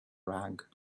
rug